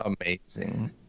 amazing